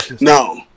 No